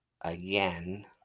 again